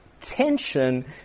tension